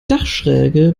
dachschräge